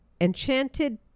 Enchanted